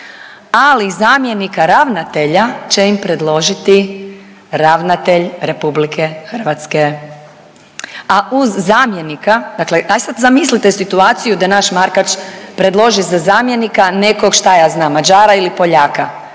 Ali zamjenika ravnatelja će im predložiti ravnatelj Republike Hrvatske, a uz zamjenika, dakle daj sad zamislite situaciju da naš Markač predloži za zamjenika šta ja znam Mađara ili Poljaka.